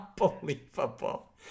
Unbelievable